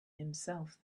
himself